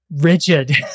rigid